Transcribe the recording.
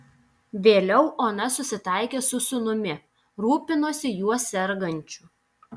vėliau ona susitaikė su sūnumi rūpinosi juo sergančiu